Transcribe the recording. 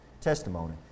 testimony